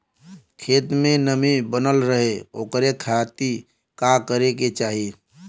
खेत में नमी बनल रहे ओकरे खाती का करे के चाही?